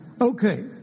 Okay